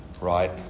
Right